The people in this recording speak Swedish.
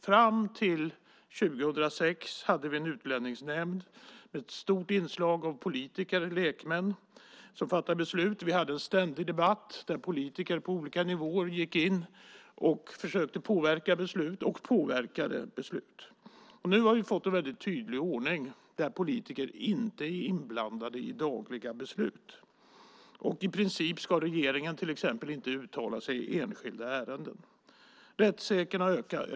Fram till 2006 hade vi en utlänningsnämnd, med ett stort inslag av politiker, lekmän, som fattade beslut. Vi hade en ständig debatt där politiker på olika nivåer gick in och försökte påverka beslut och påverkade beslut. Nu har vi fått en väldigt tydlig ordning där politiker inte är inblandade i dagliga beslut. I princip ska regeringen till exempel inte uttala sig i enskilda ärenden.